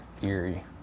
theory